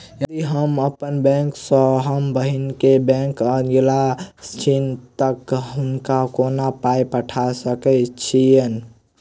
यदि हम्मर बैंक सँ हम बहिन केँ बैंक अगिला छैन तऽ हुनका कोना पाई पठा सकैत छीयैन?